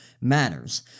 matters